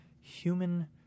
human